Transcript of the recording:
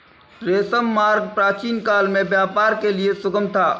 रेशम मार्ग प्राचीनकाल में व्यापार के लिए सुगम था